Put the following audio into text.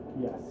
Yes